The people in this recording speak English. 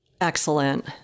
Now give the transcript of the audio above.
Excellent